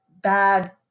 bad